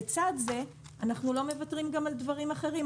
לצד זה אנחנו לא מוותרים על דברים אחרים.